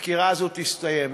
החקירה הזאת תסתיים.